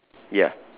ya